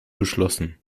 beschlossen